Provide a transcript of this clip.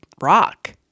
rock